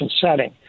setting